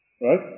Right